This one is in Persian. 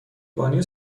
بانی